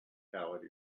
fatality